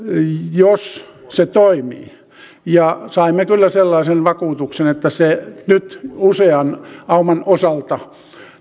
jos se toimii ja saimme kyllä sellaisen vakuutuksen että se nyt usean auman osalta